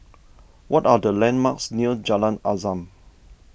what are the landmarks near Jalan Azam